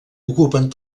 ocupen